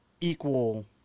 equal